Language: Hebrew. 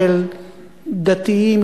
של דתיים,